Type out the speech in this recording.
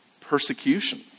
persecution